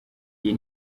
iyi